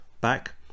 back